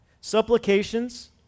Supplications